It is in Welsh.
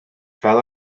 fel